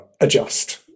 adjust